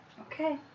Okay